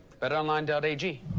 BetOnline.ag